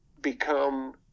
become